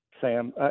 Sam